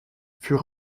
fut